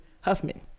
Huffman